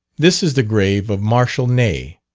this is the grave of marshal ney.